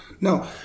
no